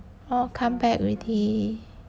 all come back already